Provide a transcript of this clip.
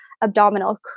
Abdominal